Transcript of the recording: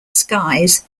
skies